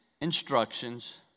instructions